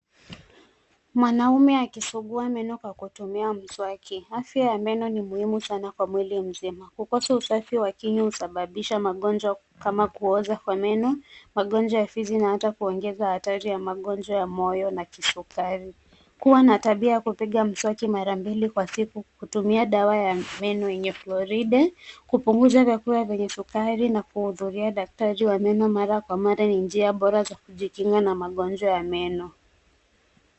Mwanaume akisugua meno kwa kutumia mswaki. Afya ya meno ni muhimu sana kwa mwili mzima. Kukosa usafi wa kinywa husababisha magonjwa kama kuoza kwa meno, magonjwa ya fizi na hata kuongeza hatari ya magonjwa ya moyo na kisukari. Kuwa na tabia ya kupiga mswaki mara mbili kwa siku kutumia dawa ya meno yenye Flouride , kupunguza vyakula vyenye sukari na kuhudhuria daktari wa meno mara kwa mara ni njia bora za kujikinga na magonjwa ya meno.